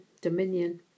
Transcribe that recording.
dominion